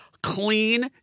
clean